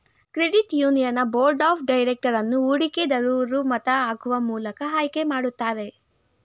credit union board of director ಅನ್ನು ಹೂಡಿಕೆ ದರೂರು ಮತ ಹಾಕುವ ಮೂಲಕ ಆಯ್ಕೆ ಮಾಡುತ್ತಾರೆ